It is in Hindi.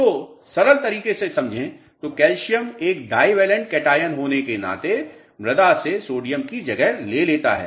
तो सरल तरीके से समझें तो कैल्शियम एक डाईवेलेंट कैटायन होने के नाते मृदा से सोडियम की जगह ले लेता है